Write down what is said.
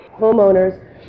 homeowners